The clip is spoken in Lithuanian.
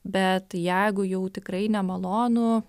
bet jeigu jau tikrai nemalonu